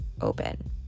open